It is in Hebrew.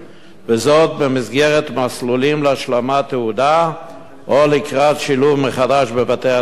וזאת במסגרת מסלולים להשלמת תעודה או לקראת שילוב מחדש בבתי-הספר.